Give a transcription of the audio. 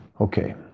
Okay